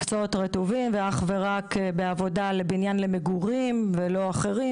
מקצועות רטובים ואך ורק בעבודה לבניין למגורים ולא אחרים,